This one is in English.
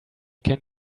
can